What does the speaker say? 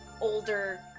older